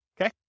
okay